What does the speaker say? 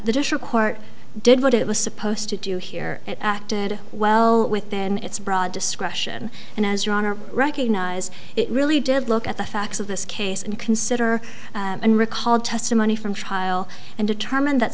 the district court did what it was supposed to do here it acted well within its broad discretion and as your honor recognize it really did look at the facts of this case and consider and recalled testimony from trial and determined that